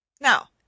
Now